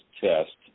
test